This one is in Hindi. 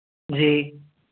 जी